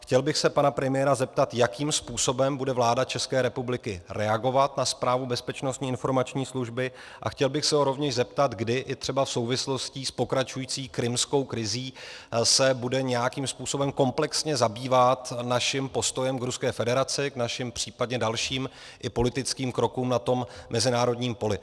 Chtěl bych se pana premiéra zeptat, jakým způsobem bude vláda ČR reagovat na zprávu Bezpečnostní informační služby, a chtěl bych se ho rovněž zeptat, kdy i třeba v souvislosti s pokračující krymskou krizí se bude nějakým způsobem komplexně zabývat naším postojem k Ruské federaci, k našim případně dalším politickým krokům na tom mezinárodním poli.